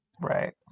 Right